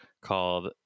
called